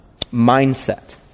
mindset